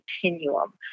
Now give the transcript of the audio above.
continuum